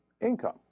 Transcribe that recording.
income